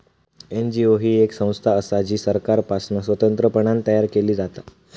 NGO ही येक संस्था असा जी सरकारपासना स्वतंत्रपणान तयार केली जाता